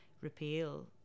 Repeal